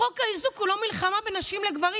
חוק האיזוק הוא לא מלחמה בין נשים לגברים.